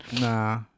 nah